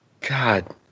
god